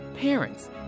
parents